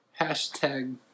hashtag